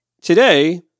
today